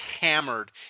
hammered